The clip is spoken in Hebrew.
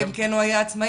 אלא אם כן הוא היה עצמאי,